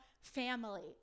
family